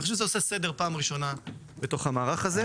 אני חושב שזה עושה סדר בפעם הראשונה בתוך המערך הזה.